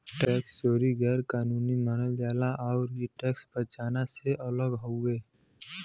tax चोरी गैर कानूनी मानल जाला आउर इ टैक्स बचाना से अलग हउवे